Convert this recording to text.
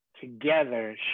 together